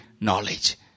knowledge